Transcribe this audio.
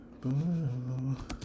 boom